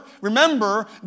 remember